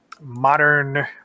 modern